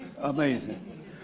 Amazing